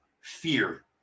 fear